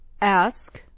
Ask